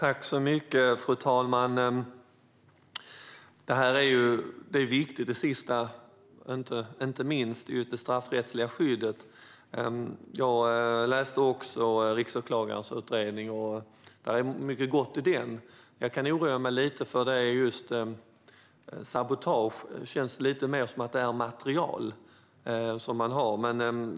Fru talman! Det sista är viktigt, inte minst när det gäller det straffrättsliga skyddet. Jag läste också riksåklagarens utredning, och det är mycket gott i den. Det jag kan oroa mig lite för är just detta med sabotage, vilket gör att det känns lite mer som att det är materiel det handlar om.